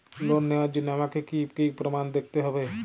Loan নেওয়ার জন্য আমাকে কী কী প্রমাণ দেখতে হবে?